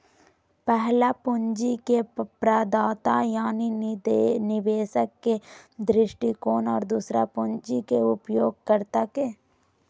पहला पूंजी के प्रदाता यानी निवेशक के दृष्टिकोण और दूसरा पूंजी के उपयोगकर्ता के